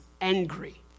angry